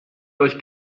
euch